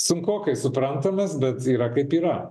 sunkokai suprantamas bet yra kaip yra